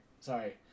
Sorry